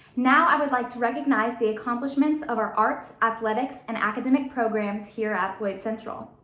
now i would like to recognize the accomplishments of our arts, athletics, and academic programs here at floyd central.